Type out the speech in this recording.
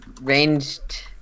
ranged